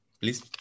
please